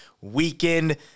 weekend